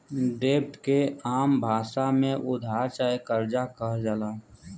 डेब्ट के आम भासा मे उधार चाहे कर्जा कहल जाला